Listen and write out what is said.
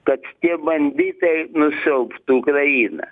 kad tie banditai nusiaubtų ukrainą